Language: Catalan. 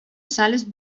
sales